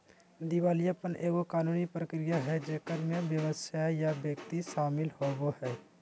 दिवालियापन एगो कानूनी प्रक्रिया हइ जेकरा में व्यवसाय या व्यक्ति शामिल होवो हइ